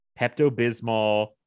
Pepto-Bismol